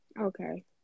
Okay